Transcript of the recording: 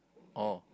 oh